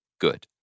good